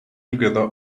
together